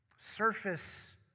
surface